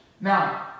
Now